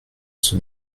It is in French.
son